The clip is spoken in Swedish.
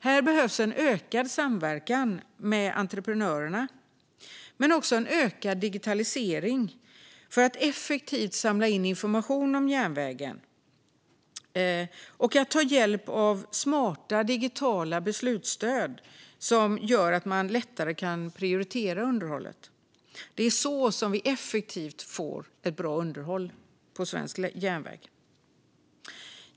Här behövs en ökad samverkan med entreprenörerna men också en ökad digitalisering för att effektivt samla in information om rälsen och att ta hjälp av smarta digitala beslutsstöd som gör att man lättare kan prioritera underhållet. Det är så vi effektivt får ett bra underhåll på svensk järnväg.